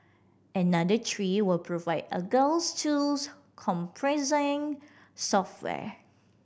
another three will provide agile tools comprising software